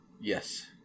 Yes